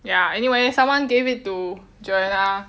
ya anyway someone gave it to joanna